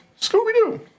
Scooby-Doo